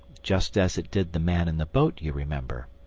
just as it did the man in the boat, you remember.